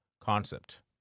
concept